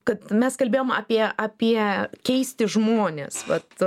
kad mes kalbėjom apie apie keisti žmonės vat